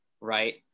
right